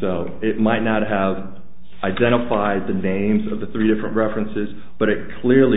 so it might not have identified the names of the three different references but it clearly